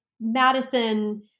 Madison